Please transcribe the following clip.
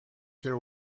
there